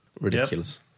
Ridiculous